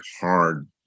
hard